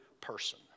person